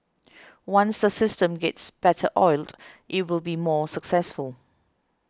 once the system gets better oiled it will be more successful